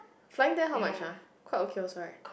flying there how much ah quite okay also right